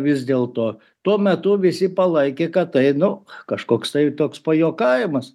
vis dėl to tuo metu visi palaikė kad tai nu kažkoks tai toks pajuokavimas